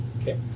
Okay